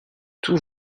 tout